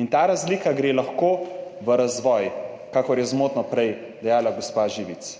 in ta razlika gre lahko v razvoj, kakor je prej zmotno dejala gospa Živic.